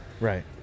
Right